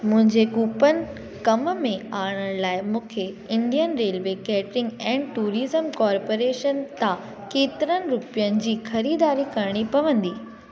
मुंहिंजे कूपन कम में आणण लाइ मूंखे Indian railway catering and tourism corporation तां केतरनि रुपयनि जी ख़रीदारी करणी पवंदी